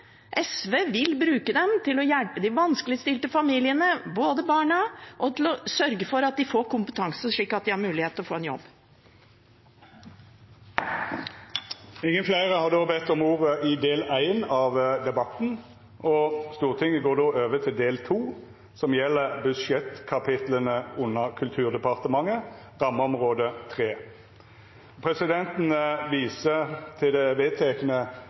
SV vil bruke dem til å hjelpe de vanskeligstilte familiene og barna, og sørge for at de får kompetanse, slik at de har mulighet til å få en jobb. Fleire har ikkje bedt om ordet til rammeområde 2. Då er den delen av debatten omme, og me går over til rammeområde 3. Presidenten viser til det